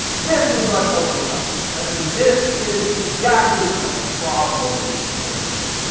this would drive topfield nuts. right. i mean this is exactly the kind of problem that he's pointing to.